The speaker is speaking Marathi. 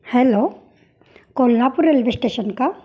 हॅलो कोल्हापूर रेल्वे स्टेशन का